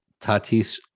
tatis